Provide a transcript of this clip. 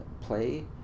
play